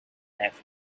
left